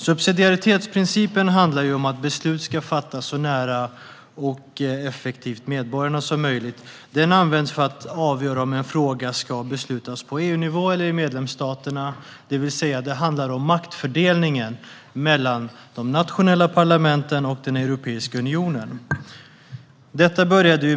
Subsidiaritetsprincipen handlar om att beslut ska fattas så effektivt och så nära medborgarna som möjligt. Den används för att avgöra om en fråga ska beslutas på EU-nivå eller i medlemsstaterna. Detta handlar alltså om maktfördelningen mellan de nationella parlamenten och Europeiska unionen.